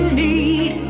need